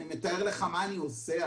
אני מתאר לך מה אני עושה.